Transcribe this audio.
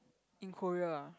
in Korea lah